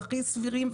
הכי סבירים,